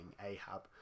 Ahab